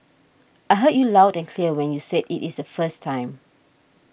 I heard you loud and clear when you said it is the first time